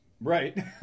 Right